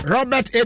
Robert